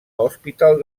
hospital